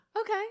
Okay